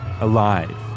alive